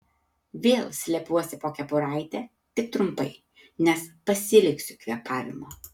vėl slepiuosi po kepuraite tik trumpai nes pasiilgsiu kvėpavimo